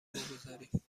بگذاریم